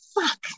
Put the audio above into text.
fuck